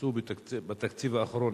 קוצצו בתקציב האחרון,